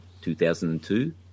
2002